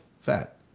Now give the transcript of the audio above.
fat